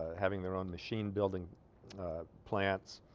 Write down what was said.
having their own machine building plants